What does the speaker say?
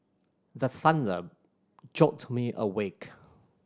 the thunder jolt me awake